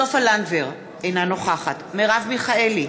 סופה לנדבר, אינה נוכחת מרב מיכאלי,